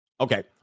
Okay